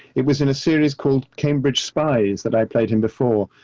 it was in a series called cambridge spies that i played him before.